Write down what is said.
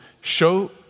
show